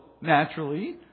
naturally